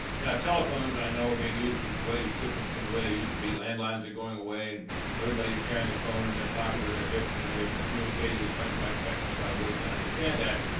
now, telephones i know are being used in ways different from the way they used to be. landlines are going away and everybody's carrying a phone in their pocket or their hip and they're communicating as much by text as by voice and i understand that,